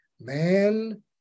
Man